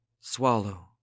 Swallow